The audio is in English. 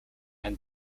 and